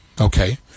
Okay